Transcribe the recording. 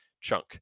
chunk